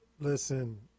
Listen